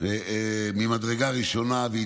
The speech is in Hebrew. ממדרגה ראשונה,